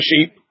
sheep